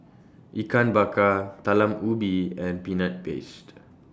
Ikan Bakar Talam Ubi and Peanut Paste